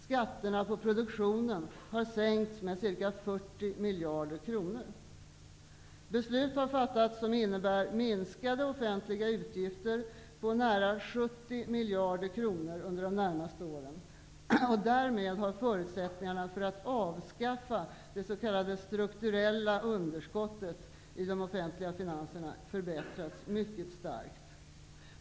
Skatterna på produktionen har sänkts med ca 40 Beslut har fattats som innebär minskade offentliga utgifter på nära 70 miljarder kronor under de närmaste åren. Därmed har förutsättningarna för att att avskaffa det s.k. strukturella underskottet i de offentliga finanserna förbättrats mycket starkt.